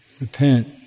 Repent